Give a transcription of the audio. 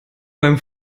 beim